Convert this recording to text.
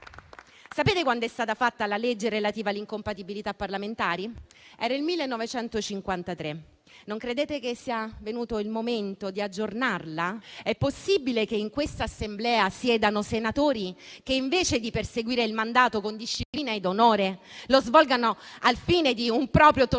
Sapete quando è stata fatta la legge relativa alle incompatibilità parlamentari? Era il 1953. Non credete che sia venuto il momento di aggiornarla? È possibile che in quest'Aula siedano senatori che, invece di perseguire il mandato con disciplina ed onore, lo svolgono al fine di un proprio tornaconto